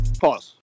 Pause